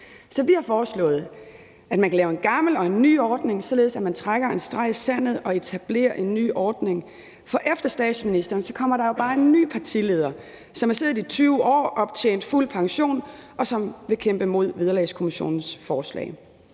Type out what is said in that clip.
Så vi har foreslået, at man både kan have den gamle ordning og en ny ordning, således at man trækker en streg i sandet og etablerer en ny ordning, for efter statsministeren kommer der bare en ny partileder, som har siddet i 20 år og optjent fuld pension, og som vil kæmpe imod Vederlagskommissionens forslag.